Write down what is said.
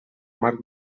marc